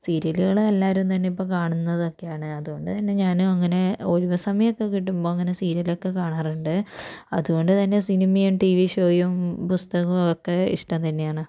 സീരിയലുകൾ എല്ലാവരും തന്നെ ഇപ്പോൾ കാണുന്നതൊക്കെയാണ് അതുകൊണ്ടു തന്നെ ഞാനും അങ്ങനെ ഒഴിവു സമയമൊക്കെ കിട്ടുമ്പോൾ അങ്ങനെ സീരിയലൊക്കെ കാണാറുണ്ട് അതുകൊണ്ടു തന്നെ സിനിമയും ടീ വി ഷോയും പുസ്തകവും ഒക്കെ ഇഷ്ടം തന്നെയാണ്